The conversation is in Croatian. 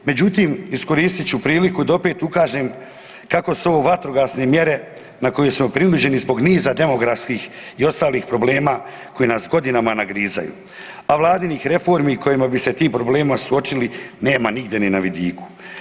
Međutim, iskoristit ću priliku da opet ukažem kako su ovo vatrogasne mjere na koje smo …/nerazumljivo/… zbog niza demografskih i ostalih problema koji nas godinama nagrizaju, a Vladinih reformi kojima bi se ti problemi suočili nema nigdje ni na vidiku.